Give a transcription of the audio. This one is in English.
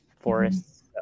forests